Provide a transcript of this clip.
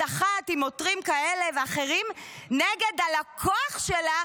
אחת עם עותרים כאלה ואחרים נגד הלקוח שלה,